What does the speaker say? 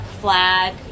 Flag